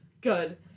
Good